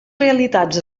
realitats